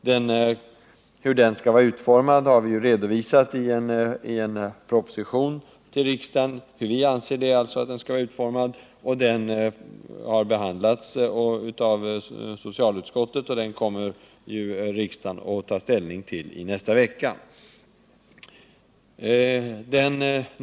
Hur vi anser att den skall vara utformad redovisar vi i propositionen till riksdagen. Den har behandlats av socialutskottet, och riksdagen kommer att ta ställning till den i nästa vecka.